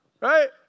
right